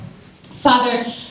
Father